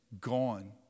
gone